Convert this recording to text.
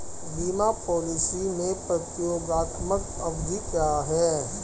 बीमा पॉलिसी में प्रतियोगात्मक अवधि क्या है?